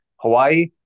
Hawaii